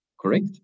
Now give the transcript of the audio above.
Correct